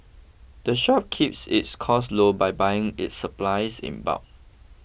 the shop keeps its costs low by buying its supplies in bulk